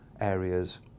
areas